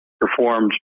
performed